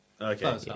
okay